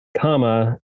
comma